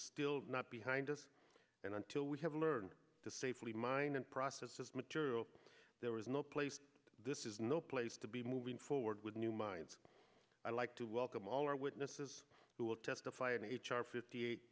still not behind us and until we have learned to safely mine and process as material there was no place this is no place to be moving forward with new mines i'd like to welcome all our witnesses who will testify in h r fifty eight